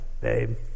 babe